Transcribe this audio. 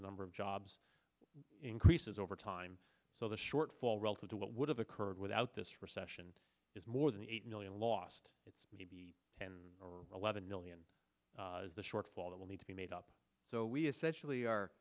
the number of jobs increases over time so the short fall relative to what would have occurred without this recession is more than eight million lost it's maybe ten or eleven million is the shortfall that will need to be made up so we essentially are